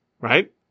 right